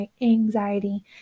anxiety